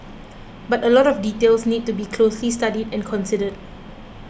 but a lot of details need to be closely studied and considered